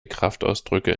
kraftausdrücke